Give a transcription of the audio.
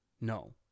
No